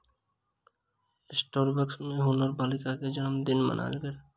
Starbucks में हुनकर बालिका के जनमदिन मनायल गेल